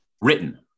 written